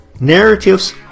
narratives